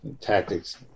tactics